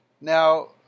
Now